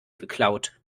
geklaut